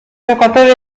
giocatore